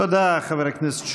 תודה, חבר הכנסת שוסטר.